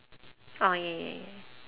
orh yeah yeah